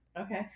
okay